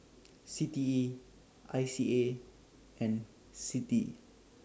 C T E I C A and CITI